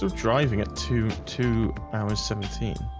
driving at two two hours seventeen